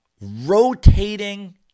rotating